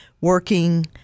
working